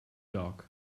dark